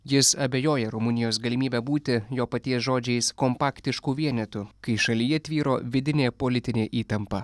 jis abejoja rumunijos galimybe būti jo paties žodžiais kompaktišku vienetu kai šalyje tvyro vidinė politinė įtampa